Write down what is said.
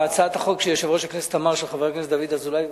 הצעת החוק של חבר הכנסת דוד אזולאי,